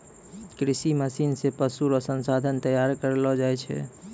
कृषि मशीन से पशु रो संसाधन तैयार करलो जाय छै